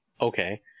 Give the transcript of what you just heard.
Okay